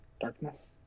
darkness